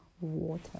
water